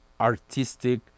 artistic